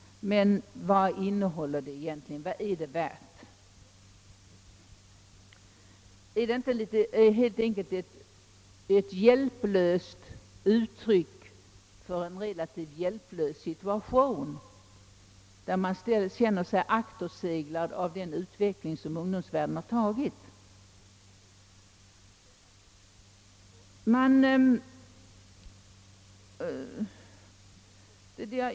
Men vad innehåller det egentligen, vad är det värt? är det inte helt enkelt ett hjälplöst uttryck för en relativt hjälplös situation, där man känner sig akterseglad i den utveckling som ungdomsvärlden är stadd i?